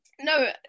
No